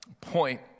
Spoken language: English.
point